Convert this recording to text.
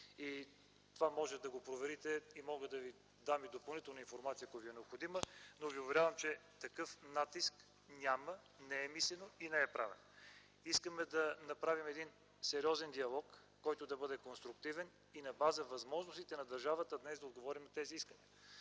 Това можете да го проверите, мога да Ви дам и допълнителна информация, ако Ви е необходима, но Ви уверявам, че такъв натиск няма, не е мислен и не е правен. Искаме да направим един сериозен диалог, който да бъде конструктивен и на база възможностите на държавата днес да се отговори на тези искания.